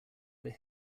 that